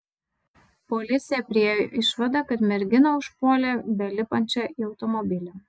policija priėjo išvadą kad merginą užpuolė belipančią į automobilį